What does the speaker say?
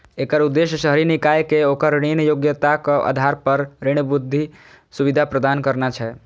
एकर उद्देश्य शहरी निकाय कें ओकर ऋण योग्यताक आधार पर ऋण वृद्धि सुविधा प्रदान करना छै